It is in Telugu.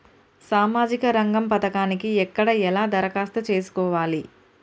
సామాజిక రంగం పథకానికి ఎక్కడ ఎలా దరఖాస్తు చేసుకోవాలి?